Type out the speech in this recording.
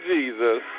Jesus